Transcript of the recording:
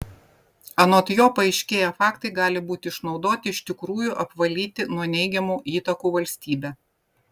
anot jo paaiškėję faktai gali būti išnaudoti iš tikrųjų apvalyti nuo neigiamų įtakų valstybę